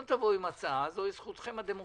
אם לא תבואו עם הצעה זוהי זכותכם הדמוקרטית,